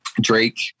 Drake